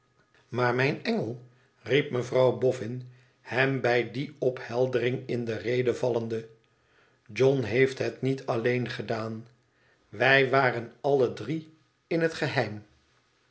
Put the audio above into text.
imaar mijn engel riep mevrouw boffin hem bij die opheldering in de rede vallende t john heeft het niet alleen gedaan wij waren alle drie in het geheim